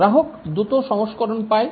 গ্রাহক দ্রুত সংস্করণ পায়